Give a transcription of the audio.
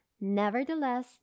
Nevertheless